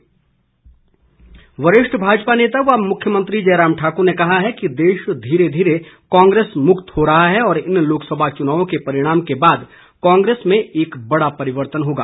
जयराम वरिष्ठ भाजपा नेता व मुख्यमंत्री जयराम ठाकुर ने कहा है कि देश धीरे धीरे कांग्रेस मुक्त हो रहा है और इन लोकसभा चुनाव के परिणाम के बाद कांग्रेस में एक बड़ा परिवर्तन होगा